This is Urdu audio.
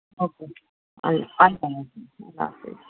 اوکے اللہ اللہ حافظ